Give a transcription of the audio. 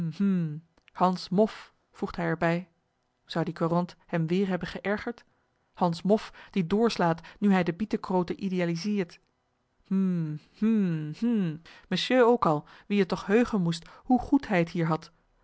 hans moff voegt hij er bij zou die courant hem weêr hebben geërgerd hans moff die doorslaat nu hij de bietekroten i d e a l i s i r t hm hm hm monsieur ook al wien het toch heugen moest hoe goed hij het hier had